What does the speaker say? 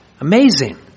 Amazing